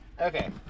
Okay